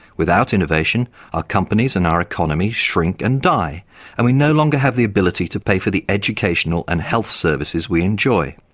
without innovation our companies and our economy shrink and die and we no longer have the ability to pay for the educational and health services we enjoy.